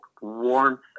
warmth